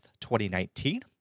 2019